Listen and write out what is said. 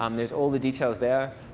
um there's all the details there.